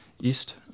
east